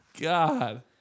God